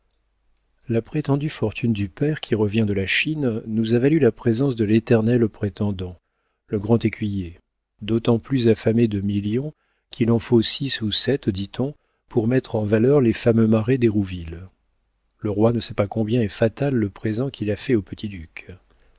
la prétendue fortune du père qui revient de la chine nous a valu la présence de l'éternel prétendant le grand écuyer d'autant plus affamé de millions qu'il en faut six ou sept dit-on pour mettre en valeur les fameux marais d'hérouville le roi ne sait pas combien est fatal le présent qu'il a fait au